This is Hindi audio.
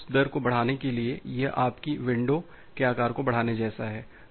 तो उस दर को बढ़ाने के लिए यह आपकी विंडो के आकार को बढ़ाने जैसा है